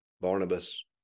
Barnabas